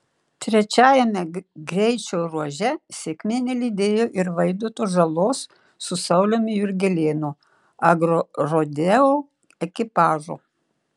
trečiajame greičio ruože sėkmė nelydėjo ir vaidoto žalos su sauliumi jurgelėnu agrorodeo ekipažo